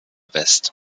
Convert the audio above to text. west